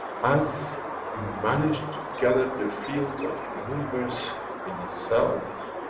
as we manage to gather the fields of the universe in itself,